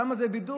שם זה בידור.